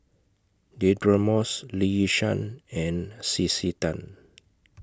Deirdre Moss Lee Yi Shyan and C C Tan